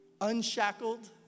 Unshackled